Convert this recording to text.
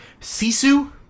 Sisu